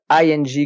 ING